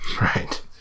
Right